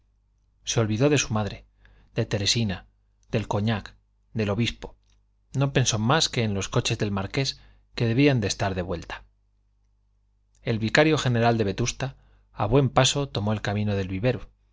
se olvidó de su madre de teresina del cognac del obispo no pensó más que en los coches del marqués que debían de estar de vuelta el vicario general de vetusta a buen paso tomó el camino del vivero